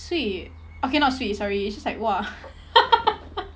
sweet okay not sweet sorry it's just like !wah!